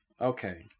Okay